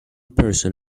person